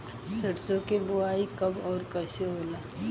सरसो के बोआई कब और कैसे होला?